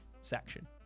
section